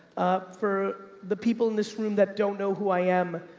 for the people in this room that don't know who i am.